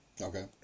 Okay